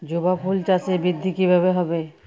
জবা ফুল চাষে বৃদ্ধি কিভাবে হবে?